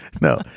No